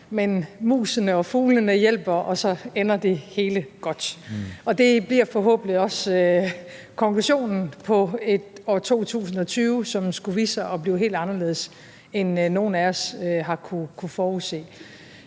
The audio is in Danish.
men musene og fuglene hjælper, og så ender det hele godt. Det bliver forhåbentlig også konklusionen på et år 2020, som skulle vise sig at blive helt anderledes, end nogen af os har kunnet forudse.